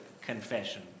confession